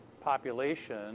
population